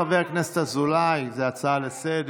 חבר הכנסת אזולאי, זו לא הצעה לסדר-היום.